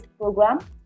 program